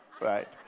right